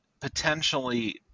potentially